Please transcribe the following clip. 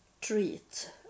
Treat